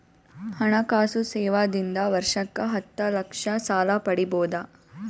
ಹಣಕಾಸು ಸೇವಾ ದಿಂದ ವರ್ಷಕ್ಕ ಹತ್ತ ಲಕ್ಷ ಸಾಲ ಪಡಿಬೋದ?